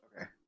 Okay